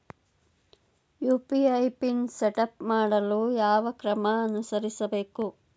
UPI PIN setup ಮಾಡಲು ಯಾವ ಕ್ರಮ ಅನುಸರಿಸಬೇಕು?